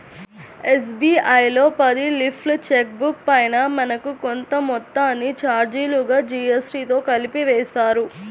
SBI లో పది లీఫ్ల చెక్ బుక్ పైన మనకు కొంత మొత్తాన్ని చార్జీలుగా జీఎస్టీతో కలిపి వేస్తారు